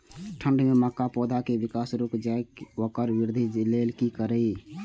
ठंढ में मक्का पौधा के विकास रूक जाय इ वोकर वृद्धि लेल कि करी?